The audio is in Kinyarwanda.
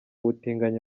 butinganyi